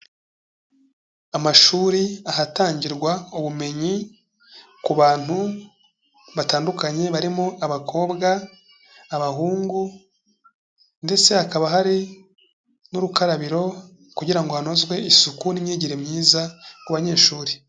Amashuri ahatangirwa ubumenyi ku bantu batandukanye barimo abakobwa, abahungu ndetse hakaba hari n'urukarabiro kugira ngo hanozwe isuku n'imyigire myiza ku banyeshuri.